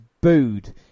booed